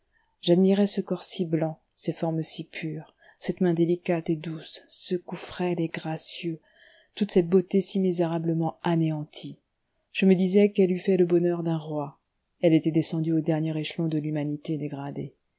j'admirais ce corps si blanc ces formes si pures cette main délicate et douce ce cou frêle et gracieux toute cette beauté si misérablement anéantie je me disais qu'elle eût fait le bonheur d'un roi elle était descendue au dernier échelon de l'humanité dégradée